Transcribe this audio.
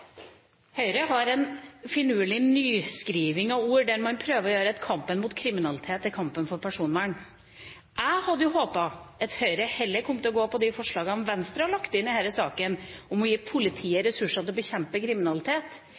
Høyre har en finurlig nyskriving av ord, der man prøver å gjøre kampen mot kriminalitet til kampen for personvern. Jeg hadde håpet at Høyre heller kom til å gå for de forslagene Venstre har lagt inn i denne saken, om å gi politiet ressurser til å bekjempe kriminalitet,